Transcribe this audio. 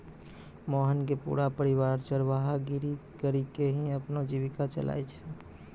मोहन के पूरा परिवार चरवाहा गिरी करीकॅ ही अपनो जीविका चलाय छै